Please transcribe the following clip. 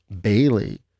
bailey